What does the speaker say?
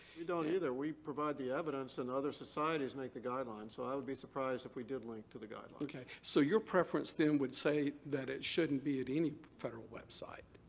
we don't either. we provide the evidence and other societies make the guidelines. so i would be surprised if we did link to the guidelines. okay. so your preference then would say that it shouldn't be at any federal website,